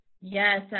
Yes